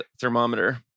thermometer